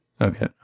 Okay